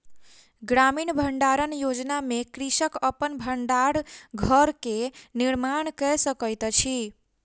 ग्रामीण भण्डारण योजना में कृषक अपन भण्डार घर के निर्माण कय सकैत अछि